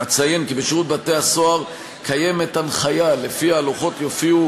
אציין כי בשירות בתי-הסוהר קיימת הנחיה שלפיה הלוחות יופיעו